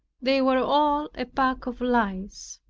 they were all a pack of lies.